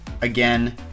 Again